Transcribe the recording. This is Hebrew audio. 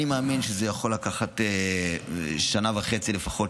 אני מאמין שזה יכול לקחת שנה וחצי לפחות,